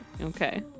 Okay